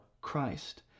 Christ